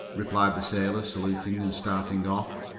replied the sailor, saluting and starting off.